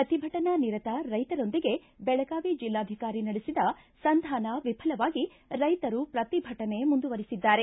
ಪ್ರತಿಭಟನಾ ನಿರತ ರೈತರೊಂದಿಗೆ ಬೆಳಗಾವಿ ಜಿಲ್ಲಾಧಿಕಾರಿ ನಡೆಸಿದ ಸಂಧಾನ ವಿಫಲವಾಗಿ ರೈತರು ಪ್ರತಿಭಟನೆ ಮುಂದುವರಿಸಿದ್ದಾರೆ